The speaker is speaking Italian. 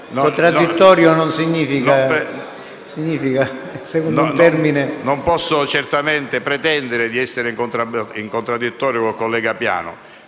Non posso certamente pretendere di essere in contraddittorio con il collega Piano.